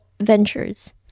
ventures